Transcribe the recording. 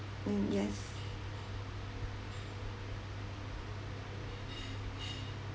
mm yes